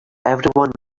everyone